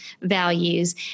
values